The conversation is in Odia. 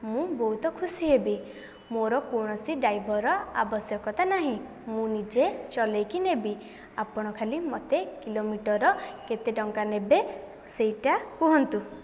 ମୁଁ ବହୁତ ଖୁସି ହେବି ମୋ'ର କୌଣସି ଡାଇଭରର ଆବଶ୍ୟକତା ନାହିଁ ମୁଁ ନିଜେ ଚଲାଇକି ନେବି ଆପଣ ଖାଲି ମୋତେ କିଲୋମିଟରର କେତେ ଟଙ୍କା ନେବେ ସେଇଟା କୁହନ୍ତୁ